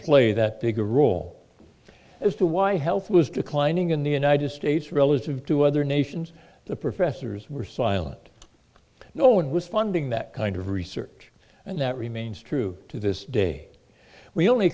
play that big a role as to why health was declining in the united states relative to other nations the professors were silent no one was funding that kind of research and that remains true to this day we only